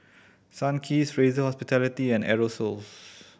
Sunkist Fraser Hospitality and Aerosoles